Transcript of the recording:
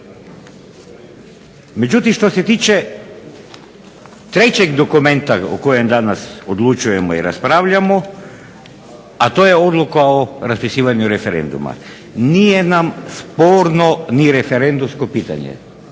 Međutim, što se tiče trećeg dokumenta o kojem danas odlučujemo i raspravljamo, a to je Odluka o raspisivanju referenduma. Nije nam sporno ni referendumsko pitanje